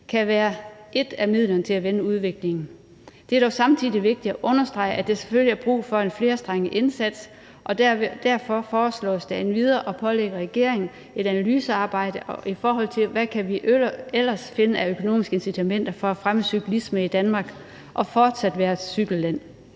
kan være et af midlerne til at vende udviklingen. Det er dog samtidig vigtigt at understrege, at der selvfølgelig er brug for en flerstrenget indsats, og derfor foreslås det endvidere at pålægge regeringen et analysearbejde, i forhold til hvad vi ellers kan finde af økonomiske incitamenter for at fremme cyklismen i Danmark og fortsat være et cykelland.